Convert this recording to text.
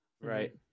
Right